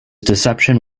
deception